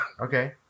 Okay